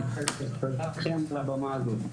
תודה לכם על הבמה הזאת.